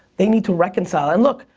they need to reconcile. and look,